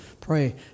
pray